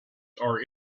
are